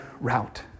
route